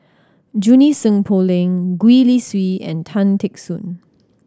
Junie Sng Poh Leng Gwee Li Sui and Tan Teck Soon